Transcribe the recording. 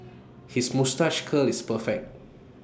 his moustache curl is perfect